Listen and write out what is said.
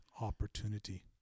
opportunity